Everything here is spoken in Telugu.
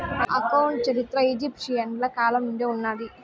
అకౌంట్ చరిత్ర ఈజిప్షియన్ల కాలం నుండే ఉన్నాది